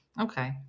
Okay